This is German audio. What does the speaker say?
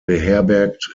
beherbergt